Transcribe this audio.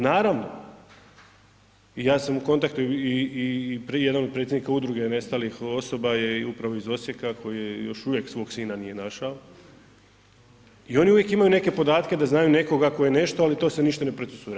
Naravno i ja sam u kontaktu i pri jednom predsjedniku udruge nestalih osoba je upravo iz Osijeka koji još uvijek svog sina nije našao i oni uvijek imaju neke podatke da znaju nekoga ko je nešto, ali to se ništa ne procesuira.